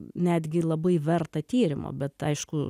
netgi labai verta tyrimo bet aišku